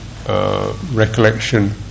Recollection